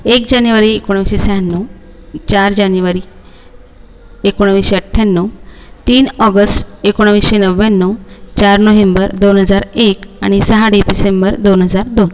एक जानेवारी एकोणीसशे शहाण्णव चार जानेवारी एकोणीसशे अठ्ठ्याण्णव तीन ऑगस्ट एकोणविसशे नव्याण्णव चार नोहेंबर दोन हजार एक आणि सहा डे डिसेंबर दोन हजार दोन